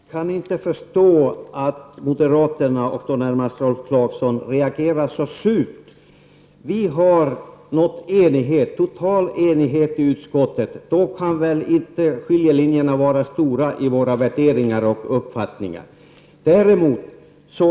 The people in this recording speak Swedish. Fru talman! Jag kan inte förstå att moderaterna, och då närmast Rolf Clarkson, reagerar så surt. Vi har nått total enighet i utskottet; då kan väl inte skiljelinjerna i våra värderingar och uppfattningar vara stora.